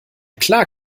klar